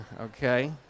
okay